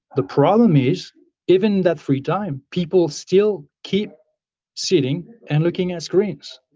the problem is even that free time, people still keep sitting and looking at screens.